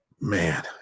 man